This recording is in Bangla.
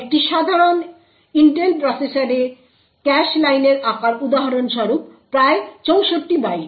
একটি সাধারণ একটি ইন্টেল প্রসেসরে ক্যাশ লাইনের আকার উদাহরণস্বরূপ প্রায় 64 বাইট